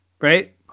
right